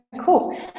cool